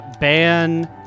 Ban